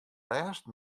lêst